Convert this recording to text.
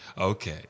Okay